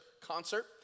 concert